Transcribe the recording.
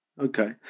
Okay